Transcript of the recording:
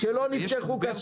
איזו צעקה.